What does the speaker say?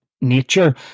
nature